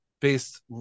based